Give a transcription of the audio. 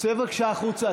צא בבקשה החוצה.